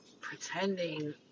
pretending